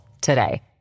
today